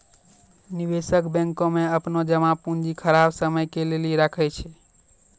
निवेशक बैंको मे अपनो जमा पूंजी खराब समय के लेली राखै छै